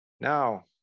now